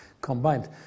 combined